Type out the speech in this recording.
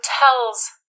hotels